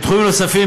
לתחומים נוספים,